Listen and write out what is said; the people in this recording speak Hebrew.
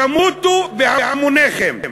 תמותו בהמוניכם.